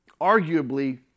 Arguably